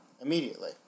immediately